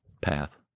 path